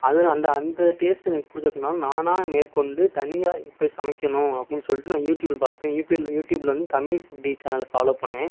அதில் அந்த அந்த டெஸ்ட்டு எனக்கு புடிச்சு இருக்கனால் நான் மேற்கொண்டு தனியாக இப்போ சமைக்கணும் அப்புடின்னு சொல்லிட்டு நான் யூடியூப்பில் பார்ப்பே யூபிஎல் யூடியூபில் வந்து தமிழ் ஃபுட்டி சேனல் ஃபாலோ பண்ணுவே